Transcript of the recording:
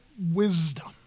wisdom